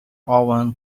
owen